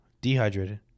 Dehydrated